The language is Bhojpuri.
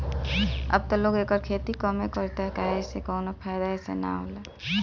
अब त लोग एकर खेती कमे करता काहे से कवनो फ़ायदा एसे न होला